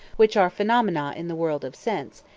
which are phenomena in the world of sense,